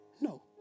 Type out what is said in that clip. No